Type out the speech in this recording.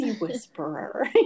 whisperer